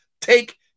take